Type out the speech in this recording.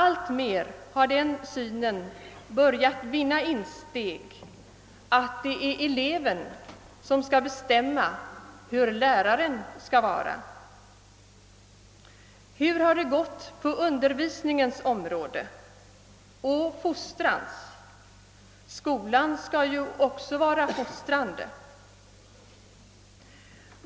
Alltmer har den uppfattningen börjat vinna insteg, att det är eleven som skall bestämma hur läraren skall vara. Hur har det gått på undervisningens område och på fostrans? Skolan skall ju också vara fostrande.